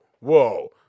whoa